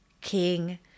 King